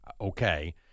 Okay